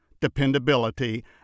dependability